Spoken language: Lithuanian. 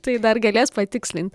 tai dar galės patikslint